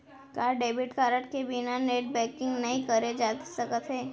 का debit card के बिना नेट बैंकिंग नई करे जाथे सके?